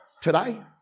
today